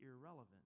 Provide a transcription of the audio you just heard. irrelevant